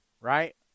right